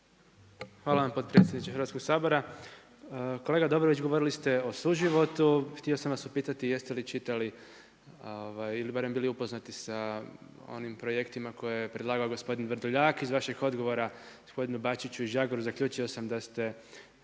Hvala vam potpredsjedniče Hrvatskog sabora. Kolega Dobrović govorili ste o suživotu, htio sam vas upitati jeste li čitali ili barem bili upoznati sa onim projektima koje je predlagao gospodin Vrdoljak. Iz vaših odgovora gospodinu Bačiću i Žagaru zaključio sam da ste